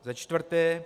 Za čtvrté.